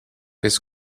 his